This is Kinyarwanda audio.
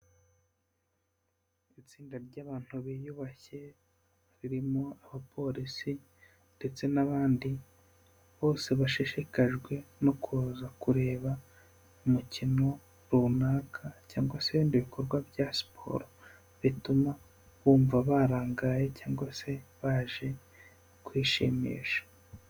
Itsinda ry'abantu biyubashye, ririmo abapolisi ndetse n'abandi bose bashishikajwe no kuza kureba umukino runaka cyangwa se ibindi bikorwa bya siporo, bituma bumva barangaye cyangwa se baje kwishimisha.